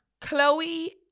Chloe